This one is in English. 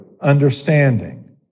understanding